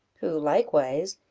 who likewise,